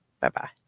Bye-bye